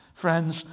Friends